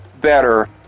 better